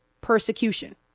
persecution